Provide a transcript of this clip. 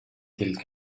تلك